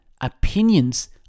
Opinions